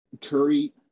Curry